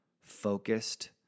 focused